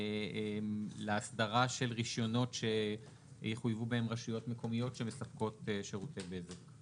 לאסדרה של רישיונות שיחויבו בהם רשויות מקומיות שמספקות שירותי בזק.